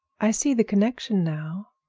i see the connection now!